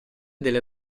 delle